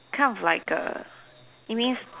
kind of like a it means